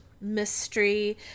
mystery